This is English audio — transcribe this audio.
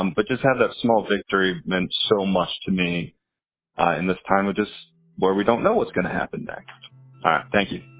um but just had a small victory, meant so much to me in this time of just where we don't know what's going to happen next thank you